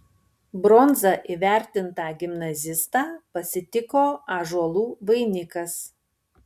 bronza įvertintą gimnazistą pasitiko ąžuolų vainikas